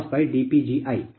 dPLossdPgi